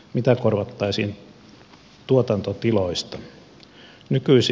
mitä korvattaisiin tuotantotiloista